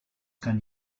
kann